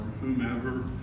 whomever